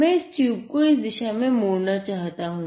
मै इस ट्यूब को इस दिशा में मोड़ना चाहता हूँ